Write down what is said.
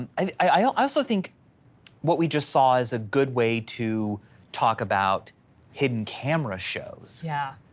and i also think what we just saw is a good way to talk about hidden camera shows. yeah.